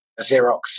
Xerox